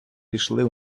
пішли